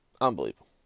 unbelievable